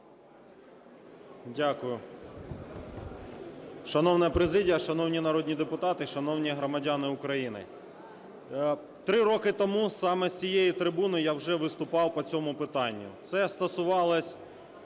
Дякую. Шановна президія! Шановні народні депутати! Шановні громадяни України! Три роки тому саме з цієї трибуни я вже виступав по цьому питанню. Це стосувалось